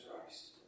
Christ